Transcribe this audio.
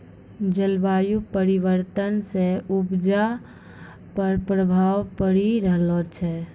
जलवायु परिवर्तन से उपजा पर प्रभाव पड़ी रहलो छै